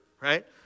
right